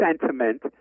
sentiment